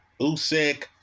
Usyk